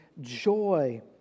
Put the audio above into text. joy